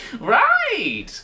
Right